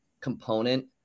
component